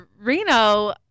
Reno